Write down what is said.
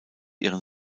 ihren